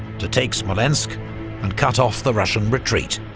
to take smolensk and cut off the russian retreat.